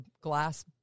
glass